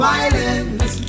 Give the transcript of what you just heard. Violence